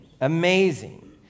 Amazing